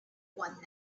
one